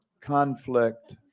conflict